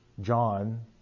John